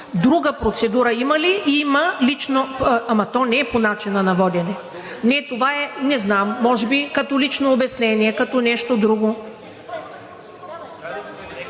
Друга процедура има ли? Има. Това не е по начина на водене. Не знам. Може би като лично обяснение, като нещо друго.